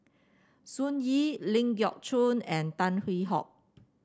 Sun Yee Ling Geok Choon and Tan Hwee Hock